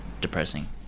depressing